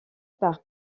par